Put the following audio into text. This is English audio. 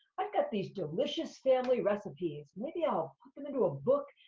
i've got these delicious family recipes. maybe i'll put them into a book,